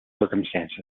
circumstances